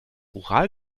ural